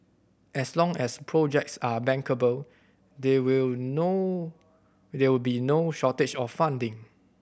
as long as projects are bankable there will no it will be no shortage of funding